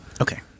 Okay